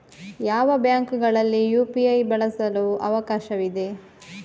ಯಾವ ಬ್ಯಾಂಕುಗಳಲ್ಲಿ ಯು.ಪಿ.ಐ ಬಳಸಲು ಅವಕಾಶವಿದೆ?